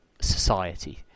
society